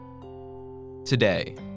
Today